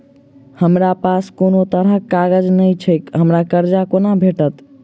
हमरा पास कोनो तरहक कागज नहि छैक हमरा कर्जा कोना भेटत?